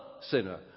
sinner